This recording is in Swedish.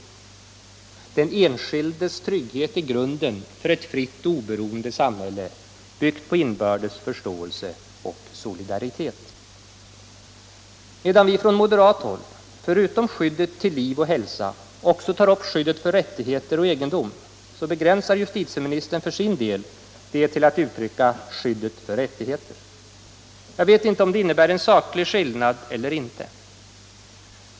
”Den enskildes trygghet är grunden för ett fritt och oberoende samhälle, byggt på inbördes förståelse och solidaritet.” Medan vi från moderat håll förutom skyddet till liv och hälsa också tar upp skydd för rättigheter och egendom, begränsar justitieministern för sin del det till att uttrycka skyddet för rättigheter. Jag vet inte om det innebär en saklig skillnad eller inte.